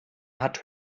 hat